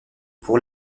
pour